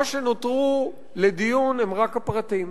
מה שנותר לדיון הוא רק הפרטים.